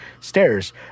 stairs